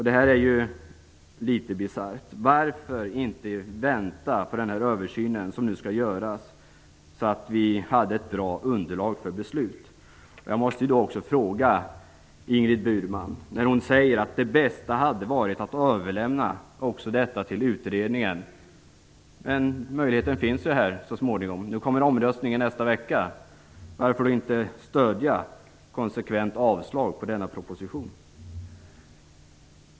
Detta är litet bisarrt. Varför gick det inte att vänta på den översyn som skall göras, så att vi kunde ha ett bra underlag för beslutet? Ingrid Burman säger att det bästa hade varit att överlämna också detta till utredningen. Men den möjligheten kommer att finnas så småningom. Omröstning sker nästa vecka. Varför då inte stödja ett konsekvent avslag på denna proposition?